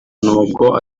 n’ubwo